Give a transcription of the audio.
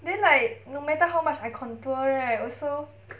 then like no matter how much I contour right also